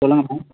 சொல்லுங்கள் மேம்